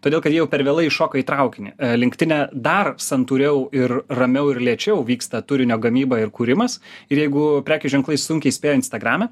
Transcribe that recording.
todėl kad jie jau per vėlai įšoko į traukinį linktine dar santūriau ir ramiau ir lėčiau vyksta turinio gamyba ir kūrimas ir jeigu prekių ženklai sunkiai spėjo instagrame